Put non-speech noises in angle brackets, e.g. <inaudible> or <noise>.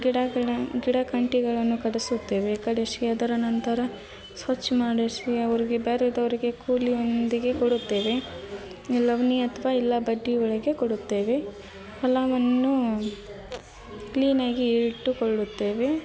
ಗಿಡಗಳ ಗಿಡಗಂಟಿಗಳನ್ನು ಕಡಿಸುತ್ತೇವೆ ಕಡಸಿ ಅದರ ನಂತರ ಸ್ವಚ್ಛ ಮಾಡಿಸಿ ಅವ್ರಿಗೆ ಬೇರೆದೋರಿಗೆ ಕೂಲಿಯೊಂದಿಗೆ ಕೊಡುತ್ತೇವೆ <unintelligible> ಅಥವಾ ಇಲ್ಲ ಬಡ್ಡಿಯೊಳಗೆ ಕೊಡುತ್ತೇವೆ ಹೊಲವನ್ನು ಕ್ಲೀನಾಗಿ ಇಟ್ಟುಕೊಳ್ಳುತ್ತೇವೆ